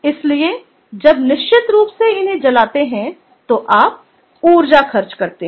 इसलिए जब निश्चित रूप से इन्हें जलाते हैं तो आप ऊर्जा खर्च करते हैं